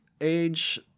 age